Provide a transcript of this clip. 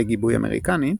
בגיבוי אמריקני,